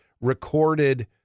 recorded